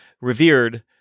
revered